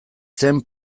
zen